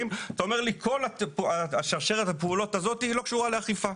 אתה אומר לי כל שרשרת הפעולות הזאת היא לא קשורה לאכיפה.